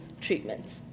treatments